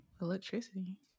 electricity